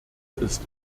ist